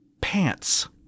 pants